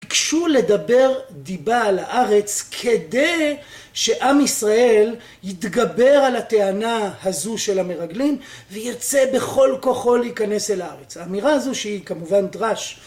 ביקשו לדבר דיבה על הארץ, כדי שעם ישראל יתגבר על הטענה הזו של המרגלים, ויצא בכל כוחו להיכנס אל הארץ. האמירה הזו שהיא כמובן דרש.